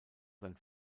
sein